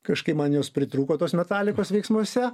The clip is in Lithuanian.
kažkaip man jos pritrūko tos metalikos veiksmuose